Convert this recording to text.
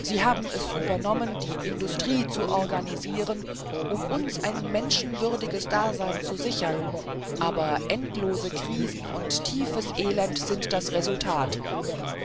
sie haben es übernommen die industrie zu organisieren um uns ein menschenwürdiges dasein zu sichern aber endlose krisen und tiefes elend sind das resultat